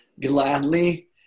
gladly